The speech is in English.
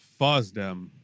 FOSDEM